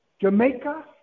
Jamaica